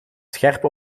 scherpe